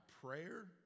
prayer